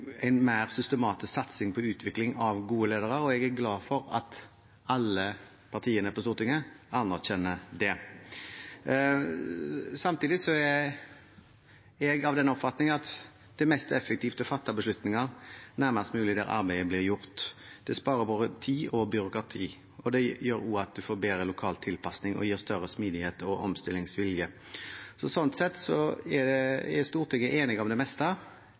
mer systematisk satsing på utvikling av gode ledere, og jeg er glad for at alle partiene på Stortinget anerkjenner det. Samtidig er jeg av den oppfatning at det er mest effektivt å fatte beslutninger nærmest mulig der hvor arbeidet blir gjort. Det sparer både tid og byråkrati, og det gjør også at en får bedre lokal tilpasning og gir større smidighet og omstillingsvilje. Slik sett er Stortinget enig om det meste, men ikke om den overordnede organiseringen av helsetjenesten. Det